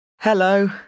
Hello